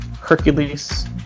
Hercules